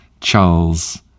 Charles